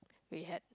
we had